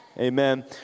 amen